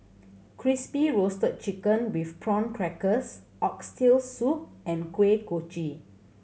Crispy Roasted Chicken with Prawn Crackers Oxtail Soup and Kuih Kochi